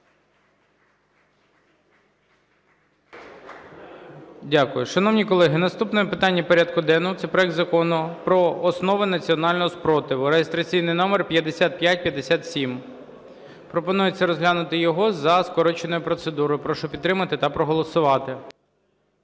Дякую. Шановні колеги, наступне питання порядку денного – це проект Закону про основи національного спротиву (реєстраційний номер 5557). Пропонується розглянути його за скороченою процедурою. Прошу підтримати та проголосувати.